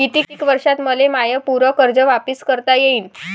कितीक वर्षात मले माय पूर कर्ज वापिस करता येईन?